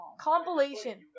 Compilation